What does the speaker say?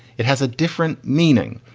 it has a different meaning.